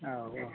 औ